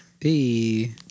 Hey